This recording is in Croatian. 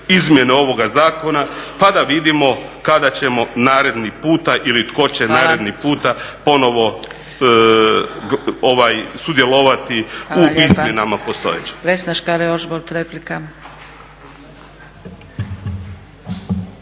izmjene ovoga zakona pa da vidimo kada ćemo naredni puta ili tko će naredni puta ponovno sudjelovati u izmjenama postojećeg.